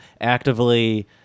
actively